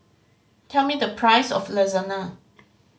tell me the price of Lasagna